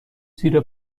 زیر